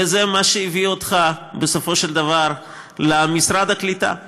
וזה מה שהביא אותך בסופו של דבר למשרד הקליטה,